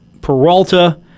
Peralta